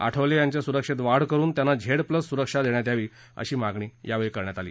आठवले यांच्या सुरक्षेत वाढ करून त्यांना झेड प्लस सुरक्षा देण्यात यावी अशी मागणी यावेळी करण्यात आली